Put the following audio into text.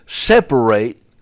separate